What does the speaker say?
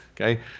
okay